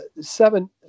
seven